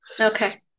Okay